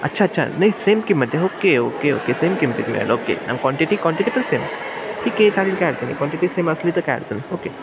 अच्छा अच्छा नाही सेम किंमत आहे ओके ओके ओके सेम किंमतीत मिळेल ओके आणि क्वांटिटी क्वांटिटी पण सेम ठीक आहे चालेल काय अडचण नाही क्वांटिटी सेम असली तर काय अडचण नाही ओके